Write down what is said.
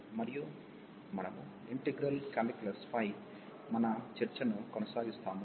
మరియు మనము ఇంటిగ్రల్ కాలిక్యులస్పై మన చర్చను కొనసాగిస్తాము